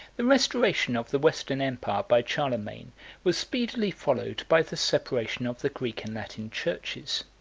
the restoration of the western empire by charlemagne was speedily followed by the separation of the greek and latin churches.